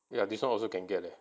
ya this one also can get leh